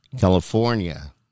California